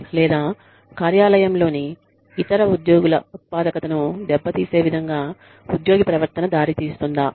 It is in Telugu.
లేదా కార్యాలయంలోని ఇతర ఉద్యోగుల ఉత్పాదకతను దెబ్బతీసే విధంగా ఉద్యోగి ప్రవర్తన దారితీస్తుందా